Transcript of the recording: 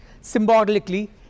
Symbolically